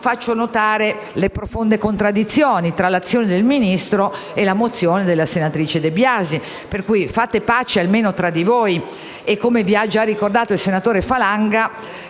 tuttavia notare le profonde contraddizioni esistenti tra l'azione del Ministro e la mozione della senatrice De Biasi. Vi invito quindi a fare pace almeno tra di voi e - come vi ha già ricordato il senatore Falanga